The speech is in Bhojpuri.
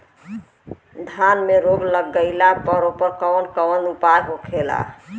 धान में रोग लग गईला पर उकर कवन कवन उपाय होखेला?